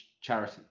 charity